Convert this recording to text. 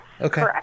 okay